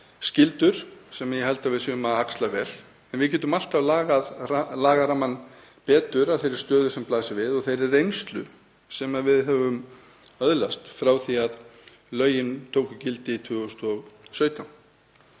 skyldur sem ég held að við séum að axla vel en við getum alltaf lagað lagarammann betur að þeirri stöðu sem blasir við og þeirri reynslu sem við höfum öðlast frá því að lögin tóku gildi 2017.